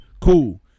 Cool